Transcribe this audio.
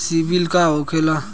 सीबील का होखेला?